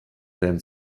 than